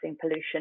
pollution